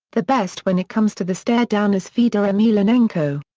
the best when it comes to the stare down is fedor emelianenko.